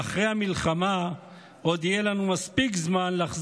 אחרי המלחמה עוד יהיה לנו מספיק זמן לחזור